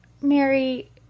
Mary